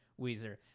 Weezer